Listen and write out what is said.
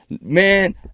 Man